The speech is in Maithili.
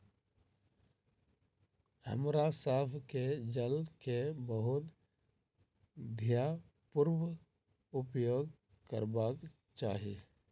हमरा सभ के जल के बहुत ध्यानपूर्वक उपयोग करबाक चाही